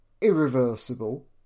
irreversible